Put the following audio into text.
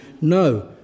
No